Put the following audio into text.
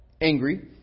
angry